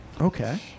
Okay